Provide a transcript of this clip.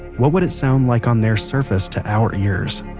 what would it sound like on their surface to our ears?